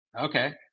Okay